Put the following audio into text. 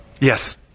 Yes